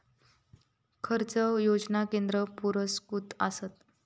खैचे योजना केंद्र पुरस्कृत आसत?